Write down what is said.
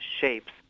shapes